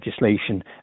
legislation